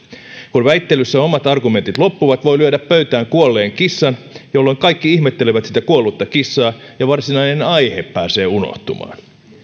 kun väittelyssä omat argumentit loppuvat voi lyödä pöytään kuolleen kissan jolloin kaikki ihmettelevät sitä kuollutta kissaa ja varsinainen aihe pääsee unohtumaan